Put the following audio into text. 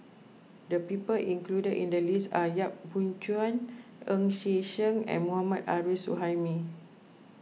the people included in the list are Yap Boon Chuan Ng Yi Sheng and Mohammad Arif Suhaimi